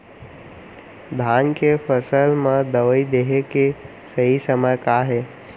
धान के फसल मा दवई देहे के सही समय का हे?